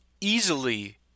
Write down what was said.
easily